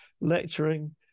lecturing